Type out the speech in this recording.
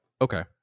Okay